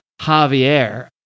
Javier